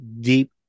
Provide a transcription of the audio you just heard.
deep